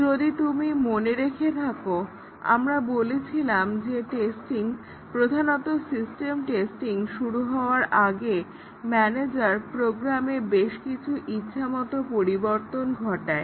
যদি তুমি মনে রেখে থাকো আমরা বলেছিলাম যে টেস্টিং প্রধানত সিস্টেম টেস্টিং শুরু হওয়ার আগে ম্যানেজার প্রোগ্রামের বেশকিছু ইচ্ছামত পরিবর্তন ঘটায়